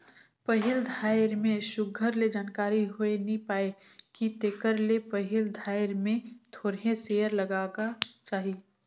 पहिल धाएर में सुग्घर ले जानकारी होए नी पाए कि तेकर ले पहिल धाएर में थोरहें सेयर लगागा चाही